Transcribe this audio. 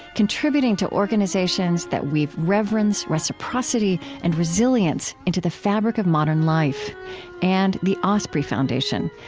contributing to organizations that weave reverence, reciprocity, and resilience into the fabric of modern life and the osprey foundation,